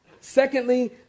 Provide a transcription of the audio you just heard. Secondly